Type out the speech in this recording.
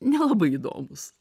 nelabai įdomūs